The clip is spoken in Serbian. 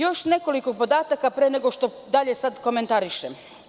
Još nekoliko podataka pre nego što dalje komentarišem.